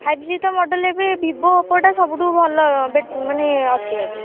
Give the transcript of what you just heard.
five G ତ model ଏବେ Vivo ଓପୋଟା ସବୁଠୁ ଭଲ ମାନେ ଅଛି ଏବେ